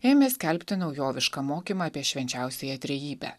ėmė skelbti naujovišką mokymą apie švenčiausiąją trejybę